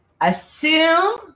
assume